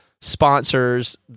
sponsors